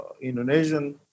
Indonesian